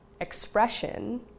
expression